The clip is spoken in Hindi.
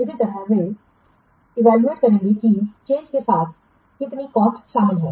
इसी तरह वे इवेलुएट करेंगे कि चेंजके साथ कितनी कॉस्ट शामिल होगी